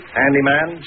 handyman